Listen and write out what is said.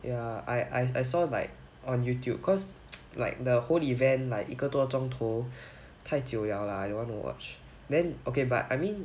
yeah I I I saw like on youtube cause like the whole event like 一个多钟头太久了 lah don't want to watch then okay but I mean